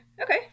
Okay